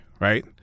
right